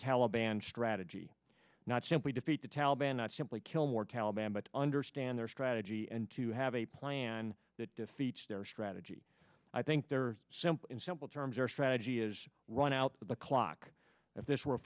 taliban strategy not simply defeat the taliban not simply kill more taliban but understand their strategy and to have a plan that defeats their strategy i think they're simple in simple terms our strategy is run out the clock if this were a